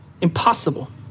Impossible